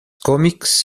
comics